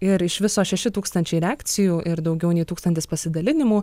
ir iš viso šeši tūkstančiai reakcijų ir daugiau nei tūkstantis pasidalinimų